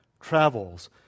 travels